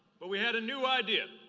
but we had a new idea,